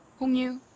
hong yoo,